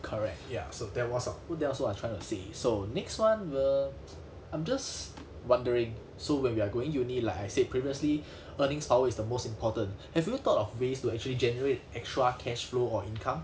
correct ya so that was a that was what I was trying to say so next one we'll I'm just wondering so when we are going uni like I said previously earnings power is the most important have you thought of ways to actually generate extra cash flow or income